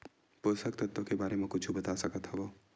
पोषक तत्व के बारे मा कुछु बता सकत हवय?